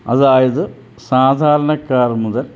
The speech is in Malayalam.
അതായത് സാധാരണക്കാർ മുതൽ